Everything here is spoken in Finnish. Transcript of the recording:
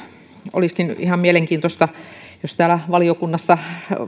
olisikin ihan mielenkiintoista jos täällä valiokunnassa